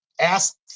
ask